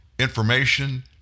Information